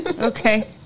okay